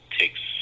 takes